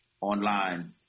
online